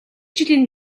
жилийн